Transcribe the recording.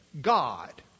God